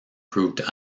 proved